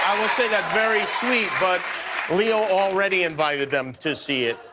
will say that's very sweet. but leo already invited them to see it.